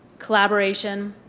collaboration.